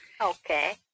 Okay